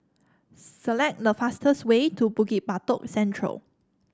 select the fastest way to Bukit Batok Central